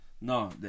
No